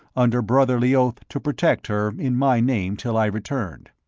under brotherly oath to protect her in my name till i returned.